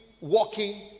walking